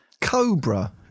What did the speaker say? Cobra